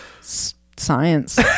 Science